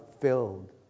filled